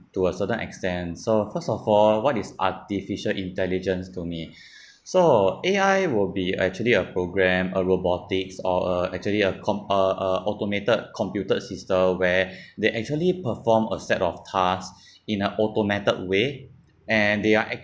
to a certain extent so first of all what is artificial intelligence to me so A_I will be actually a programme a robotics or a actually a compile~ a a automated computer system where they actually perform a set of tasks in a automated way and they are